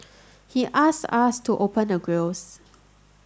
he asked us to open the grilles